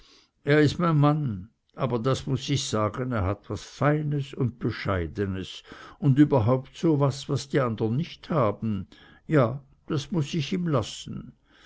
er is mein mann aber das muß ich sagen er hat was feines un bescheidenes un überhaupt so was was die andern nich haben ja das muß ich ihm lassen